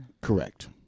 Correct